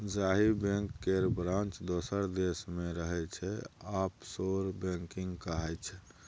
जाहि बैंक केर ब्रांच दोसर देश मे रहय छै आफसोर बैंकिंग कहाइ छै